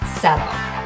settle